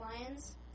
Lions